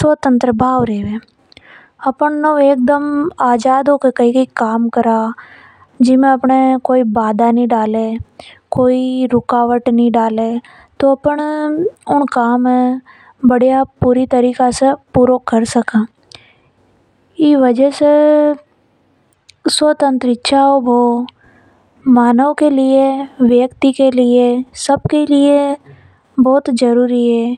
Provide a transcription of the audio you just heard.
स्वतंत्र भाव रेवे। अपन एकदम आजाद होकर काम करा जिसमें कोई बाधा नि डाले। तो अपन ऊ काम ए पूरी तरह से पुरु कर सका। ई वजह से स्वतंत्र इच्छा हों बो मानव के लिए बहुत जरूरी है।